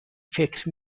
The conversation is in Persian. فکر